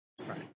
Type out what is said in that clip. right